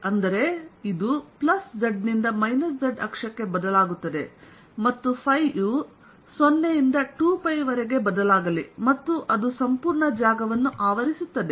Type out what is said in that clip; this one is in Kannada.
ಅಂದರೆ ಇದು z ನಿಂದ z ಅಕ್ಷಕ್ಕೆ ಬದಲಾಗುತ್ತದೆ ಮತ್ತು ಫೈ ಯು 0 ರಿಂದ 2 ವರೆಗೆ ಬದಲಾಗಲಿ ಮತ್ತು ಅದು ಸಂಪೂರ್ಣ ಜಾಗವನ್ನು ಆವರಿಸುತ್ತದೆ